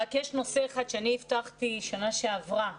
יש נושא אחד שבשנה שעברה הבטחתי